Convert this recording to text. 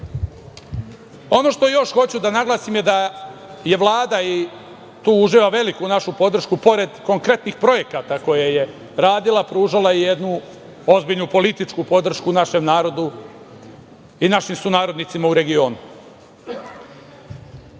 Ono što još hoću da naglasim je da je Vlada, tu uživa veliku našu podršku, pored konkretnih projekata koje je radila pružala jednu ozbiljnu političku podršku u našem narodu i našim sunarodnicima u regionu. Još